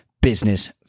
business